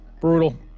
brutal